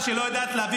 מבחינת,